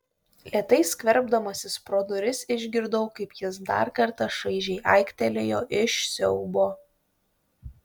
lėtai skverbdamasis pro duris išgirdau kaip jis dar kartą šaižiai aiktelėjo iš siaubo